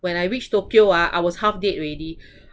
when I reached tokyo ah I was half dead already